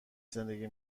زندگی